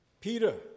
Peter